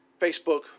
Facebook